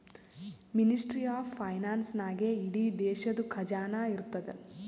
ministry of finance ನಾಗೇ ಇಡೀ ದೇಶದು ಖಜಾನಾ ಇರ್ತುದ್